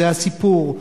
זה הסיפור.